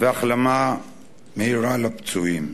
ואיחולי החלמה מהירה לפצועים.